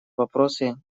вопросы